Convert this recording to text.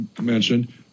mentioned